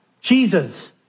Jesus